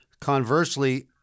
Conversely